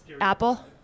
Apple